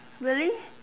really